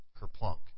Kerplunk